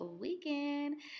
weekend